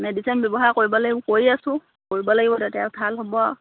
medicine ব্যৱহাৰ কৰিব লাগিব কৰি আছো কৰিব লাগিব তাতে আৰু ভাল হ'ব আৰু